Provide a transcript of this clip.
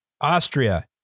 Austria